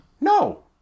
No